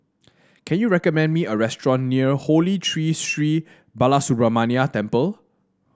can you recommend me a restaurant near Holy Tree Sri Balasubramaniar Temple